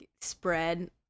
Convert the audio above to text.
spread